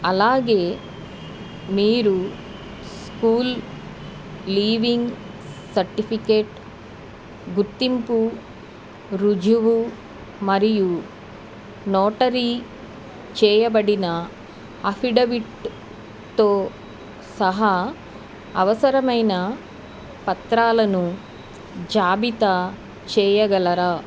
అలాగే మీరు school leaving certificate గుర్తింపు రుజువు మరియు నోటరీ చేయబడిన అఫిడవిట్తో సహా అవసరమైన పత్రాలను జాబితా చేయగలరా